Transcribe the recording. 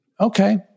Okay